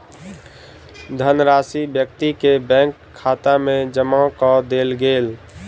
धनराशि व्यक्ति के बैंक खाता में जमा कअ देल गेल